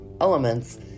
elements